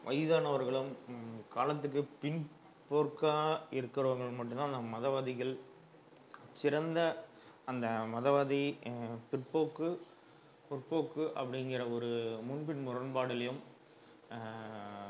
வயதானவர்களும் காலத்துக்கு பின் போர்க்காக இருக்கறவங்கள் மட்டும் தான் நம் மதவாதிகள் சிறந்த அந்த மதவாதி பிற்போக்கு பொற்போக்கு அப்படிங்கிற ஒரு முன்பின் முரண்பாடுலையும்